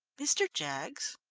mr. jaggs?